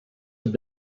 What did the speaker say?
have